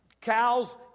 Cows